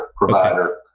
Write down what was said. provider